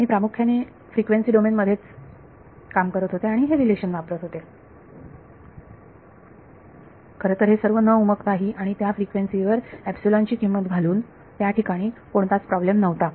मी प्रामुख्याने frequency domain मध्येच काम करत होते आणि हे रिलेशन वापरत होते खरंतर हे सर्व न उमगता ही आणि त्या फ्रिक्वेन्सी वर एपसिलोन ची किंमत घालून त्याठिकाणी कोणताच प्रॉब्लेम नव्हता